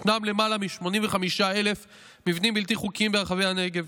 ישנם למעלה מ-85,000 מבנים בלתי חוקיים ברחבי הנגב,